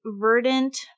verdant